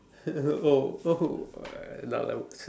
oh oh uh loud I would say